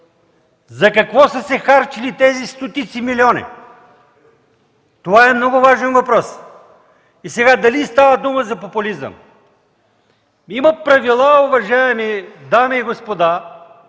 За какво са се харчили тези стотици милиони? Това е важен въпрос. А сега, дали става дума за популизъм? Има правила, уважаеми дами и господа,